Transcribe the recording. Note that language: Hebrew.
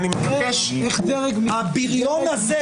הישיבה ננעלה בשעה 16:33.